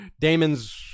Damon's